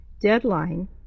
deadline